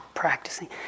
practicing